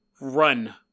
run